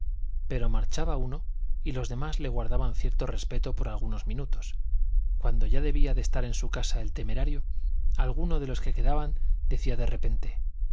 pero marchaba uno y los demás le guardaban cierto respeto por algunos minutos cuando ya debía de estar en su casa el temerario alguno de los que quedaban decía